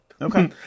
Okay